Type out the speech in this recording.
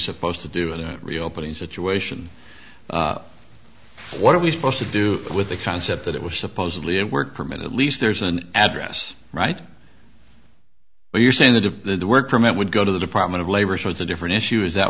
supposed to do it reopening situation what are we supposed to do with the concept that it was supposedly a work permit at least there's an address right well you're saying that if the work permit would go to the department of labor sure it's a different issue is that